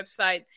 website